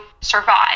survive